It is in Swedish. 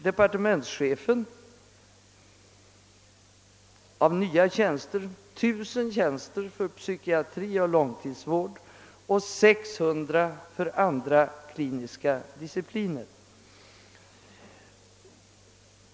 Departementschefen har angivit att det skall bli 1 000 nya tjänster för psykiatri och långtidsvård och 600 för andra kliniska discipliner.